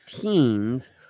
teens